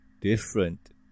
different